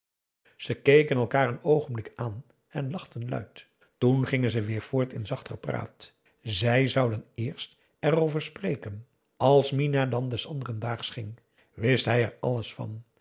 ze keken elkaar een oogenblik aan en lachten luid toen gingen ze weer voort in zacht gepraat zij zouden eerst erover spreken als minah dan des anderen daags ging wist hij er alles van